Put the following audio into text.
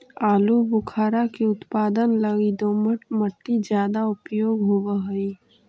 आलूबुखारा के उत्पादन लगी दोमट मट्टी ज्यादा उपयोग होवऽ हई